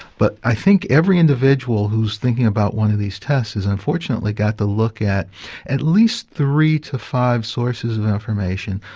but i think every individual who is thinking about one of these tests has unfortunately got to look at at least three to five sources of information,